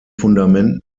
fundamenten